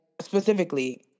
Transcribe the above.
specifically